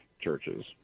churches